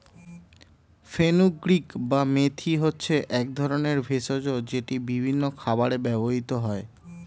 fenugreek বা মেথি হচ্ছে এক রকমের ভেষজ যেটি বিভিন্ন খাবারে ব্যবহৃত হয়